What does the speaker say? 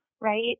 right